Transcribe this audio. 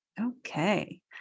Okay